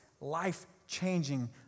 life-changing